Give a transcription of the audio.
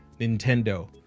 Nintendo